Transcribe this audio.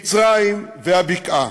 מצרים והבקעה.